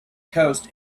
coast